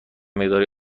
مقداری